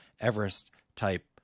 Everest-type